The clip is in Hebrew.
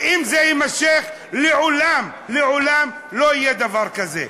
ואם זה יימשך, לעולם, לעולם, לא יהיה דבר כזה.